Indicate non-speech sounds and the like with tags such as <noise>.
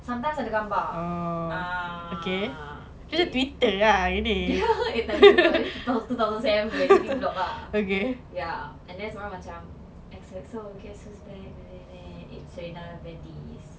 sometimes ada gambar ah okay <laughs> tapi ni two thousand and seven ni block lah ya abeh semua orang macam X_O_X_O guess who's back and then it's serena van der